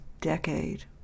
decade